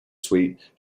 sweet